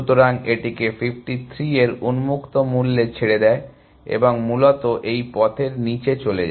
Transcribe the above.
সুতরাং এটিকে 53 এর উন্মুক্ত মূল্যে ছেড়ে দেয় এবং মূলত এই পথের নিচে চলে যায়